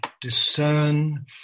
discern